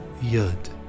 Yud